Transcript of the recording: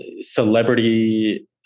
celebrity